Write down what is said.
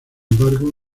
embargo